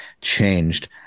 changed